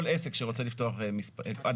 כל אדם שרוצה לפתוח עסק,